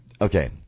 okay